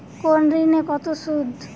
কোন ঋণে কত সুদ?